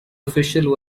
official